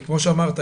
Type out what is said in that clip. כמו שאמרת,